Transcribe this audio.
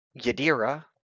Yadira